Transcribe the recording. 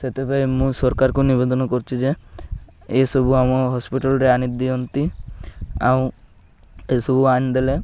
ସେଥିପାଇଁ ମୁଁ ସରକାରକୁ ନିବେଦନ କରୁଛି ଯେ ଏସବୁ ଆମ ହସ୍ପିଟାଲ୍ରେ ଆଣି ଦିଅନ୍ତି ଆଉ ଏସବୁ ଆଣି ଦେଲେ